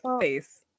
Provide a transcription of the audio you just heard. face